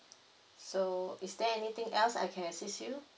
so is there anything else I can assist you